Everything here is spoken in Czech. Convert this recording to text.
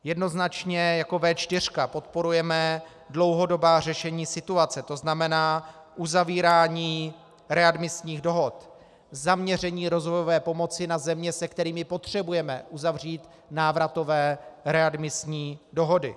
Jednoznačně jako V4 podporujeme dlouhodobá řešení situace, to znamená uzavírání readmisních dohod, zaměření rozvojové pomoci na země, se kterými potřebujeme uzavřít návratové readmisní dohody.